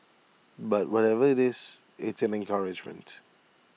but whatever IT is it's an encouragement